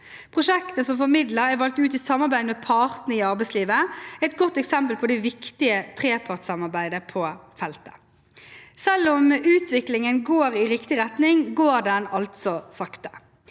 Prosjektene som får midler, er valgt ut i samarbeid med partene i arbeidslivet – et godt eksempel på det viktige trepartssamarbeidet på feltet. Selv om utviklingen går i riktig retning, går den altså sakte.